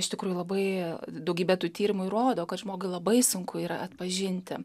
iš tikrųjų labai daugybė tų tyrimų ir rodo kad žmogui labai sunku yra atpažinti